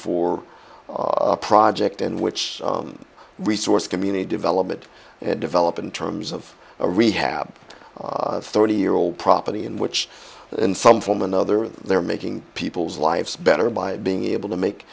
for a project in which resource community development developed in terms of a rehab thirty year old property in which in some form or another they're making people's lives better by being able to make